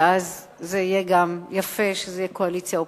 ואז יהיה יפה גם שזה קואליציה-אופוזיציה.